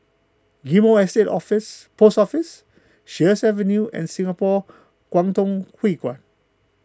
Ghim Moh Estate Office Post Office Sheares Avenue and Singapore Kwangtung Hui Kuan